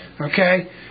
Okay